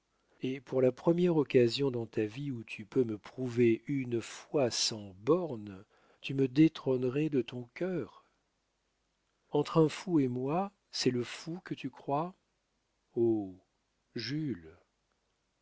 et pour la première occasion dans ta vie où tu peux me prouver une foi sans bornes tu me détrônerais de ton cœur entre un fou et moi c'est le fou que tu crois oh jules